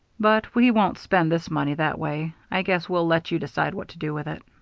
but we won't spend this money that way. i guess we'll let you decide what to do with it.